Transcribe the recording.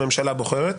הממשלה בוחרת,